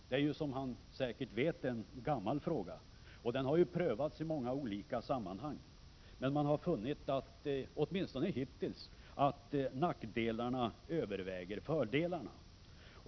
Det är, som han säkert vet, en gammal fråga som har prövats i många olika sammanhang. Man har funnit att, åtminstone hittills, nackdelarna överväger fördelarna.